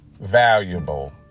valuable